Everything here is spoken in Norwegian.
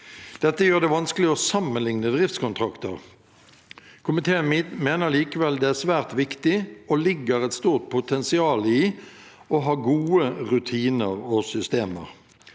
Dette gjør det vanskelig å sammenligne driftskontrakter. Komiteen mener likevel det er svært viktig, og at det ligger et stort potensial i å ha gode rutiner og systemer.